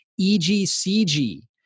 EGCG